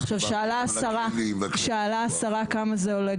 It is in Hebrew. עכשיו שאלה השרה כמה זה עולה.